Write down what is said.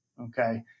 okay